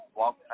walk